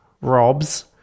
Rob's